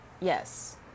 Yes